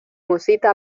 musita